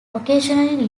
occasionally